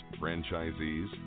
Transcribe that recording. franchisees